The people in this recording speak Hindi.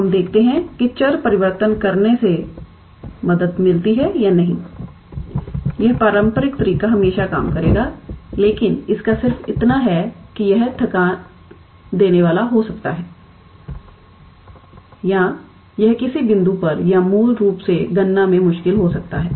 तो हम देखते हैं कि चर परिवर्तन करने से मदद मिलती है या नहीं यह पारंपरिक तरीका हमेशा काम करेगा लेकिन इसका सिर्फ इतना है कि यह थकान देने वाला हो सकता है या यह किसी बिंदु पर या मूल रूप से गणना में मुश्किल हो सकता है